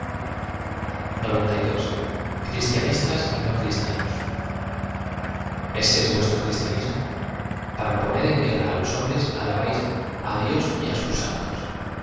cristianismo y no criiianos ese es vuestro cristianismo p a ra poner en guerra á los hombrea alabáis á dios y á sus santos